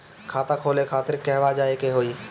खाता खोले खातिर कहवा जाए के होइ?